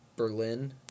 Berlin